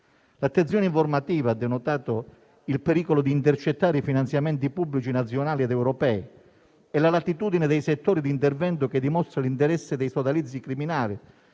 L'attenzione informativa ha denotato il pericolo di intercettare i finanziamenti pubblici nazionali ed europei; è la latitudine dei settori di intervento che dimostra l'interesse dei sodalizi criminali,